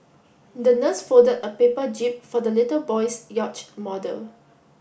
the nurse folded a paper jib for the little boy's yacht model